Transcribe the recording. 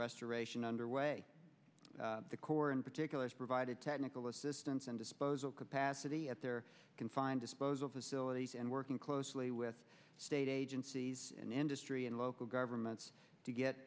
restoration underway the corps in particular has provided technical assistance and disposal capacity at their confined disposal facilities and working closely with state agencies and industry and local governments to get